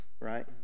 right